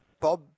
Bob